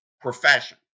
profession